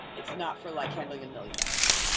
it's not for like handling a million apps